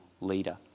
leader